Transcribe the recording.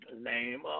name